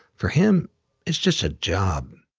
for him it's just a job.